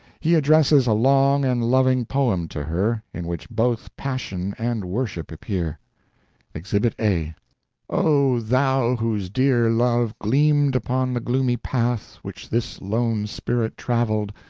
he addresses a long and loving poem to her, in which both passion and worship appear exhibit a o thou whose dear love gleamed upon the gloomy path which this lone spirit travelled.